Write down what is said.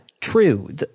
True